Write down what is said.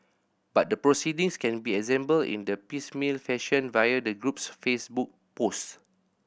but the proceedings can be assembled in a piecemeal fashion via the group's Facebook post